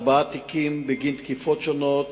ארבעה תיקים בגין תקיפות שונות.